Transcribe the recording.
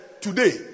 today